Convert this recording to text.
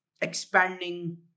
expanding